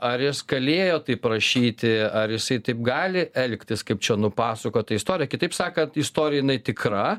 ar jis galėjo taip rašyti ar jisai taip gali elgtis kaip čia nupasakota istorija kitaip sakant istorija jinai tikra